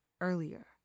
earlier